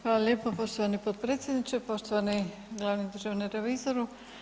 Hvala lijepo poštovani potpredsjedniče, poštovani glavni državni revizoru.